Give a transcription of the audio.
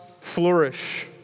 flourish